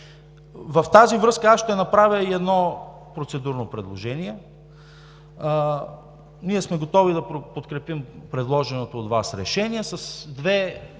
В тази връзка аз ще направя и едно процедурно предложение – ние сме готови да подкрепим предложеното от Вас решение с две малки